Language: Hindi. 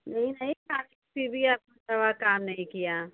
यही नहीं था फिर भी दवा काम नहीं किया